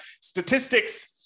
statistics